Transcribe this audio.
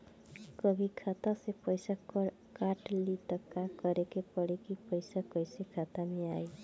कभी खाता से पैसा काट लि त का करे के पड़ी कि पैसा कईसे खाता मे आई?